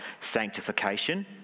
sanctification